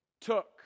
took